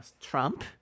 Trump